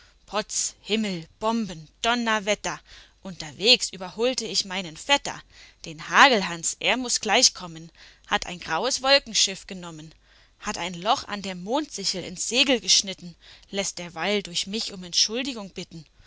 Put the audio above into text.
potz himmel bomben donnerwetter unterwegs überholte ich meinen vetter den hagelhans der muß gleich kommen hat ein graues wolkenschiff genommen hat ein loch an der mondsichel ins segel geschnitten läßt derweil durch mich um entschuldigung bitten